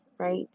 right